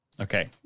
Okay